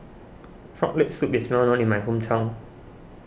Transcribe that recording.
Frog Leg Soup is well known in my hometown